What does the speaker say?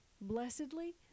blessedly